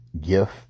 gift